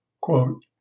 Quote